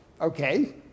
okay